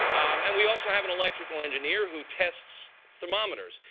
and we also have an electrical engineer who tests thermometers.